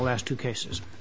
last two cases